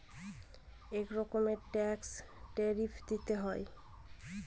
এক রকমের ট্যাক্সে ট্যারিফ দিতে হয়